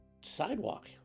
sidewalk